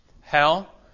Hell